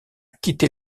quitter